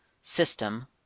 system